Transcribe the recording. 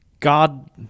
God